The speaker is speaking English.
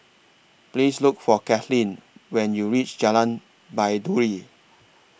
Please Look For Kathlene when YOU REACH Jalan Baiduri